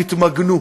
תתמגנו.